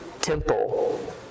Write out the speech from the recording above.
temple